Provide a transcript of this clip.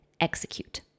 execute